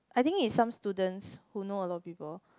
I think it's some students who know a lot of people